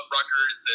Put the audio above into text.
Rutgers